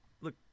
look